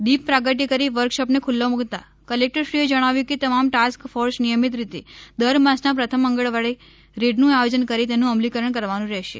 દી પ્રાગટ્ય કરી વર્કશો ને ખુલ્લો મૂકતા કલેકટર શ્રીએ જણાવ્યું કે તમામ ટાસ્ક ફોર્સ નિયમિત રીતે દર માસના પ્રથમ મંગળવારે રેડનું આયોજન કરી તેનું અમલીકરણ કરવાનું રહેશે